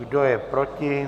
Kdo je proti?